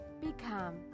Become